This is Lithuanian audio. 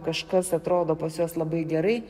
kažkas atrodo pas juos labai gerai